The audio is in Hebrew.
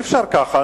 אי-אפשר ככה.